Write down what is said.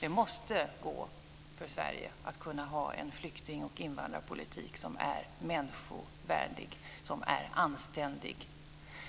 Det måste gå för Sverige att ha en flyktingoch invandrarpolitik som är människovärdig, som är anständig